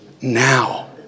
now